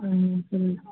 ಹ್ಞೂ ಹ್ಞೂ ಹ್ಞೂ